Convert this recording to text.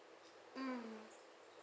mm